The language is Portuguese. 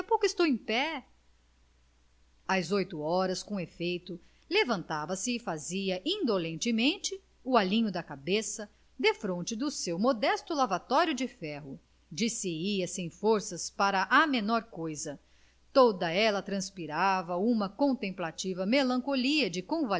estou em pé às oito horas com efeito levantava-se e fazia indolentemente o alinho da cabeça defronte do seu modesto lavatório de ferro dir-se-ia sem forças para a menor coisa toda ela transpirava uma contemplativa melancolia de